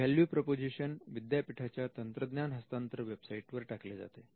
हे value proposition विद्यापीठाच्या तंत्रज्ञान हस्तांतर वेबसाईटवर टाकले जातात